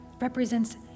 represents